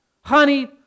Honey